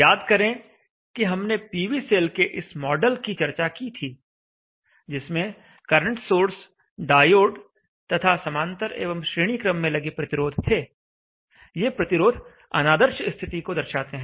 याद करें कि हमने पीवी सेल के इस मॉडल की चर्चा की थी जिसमें करंट सोर्स डायोड तथा समांतर एवं श्रेणी क्रम में लगे प्रतिरोध थे ये प्रतिरोध अनादर्श स्थिति को दर्शाते हैं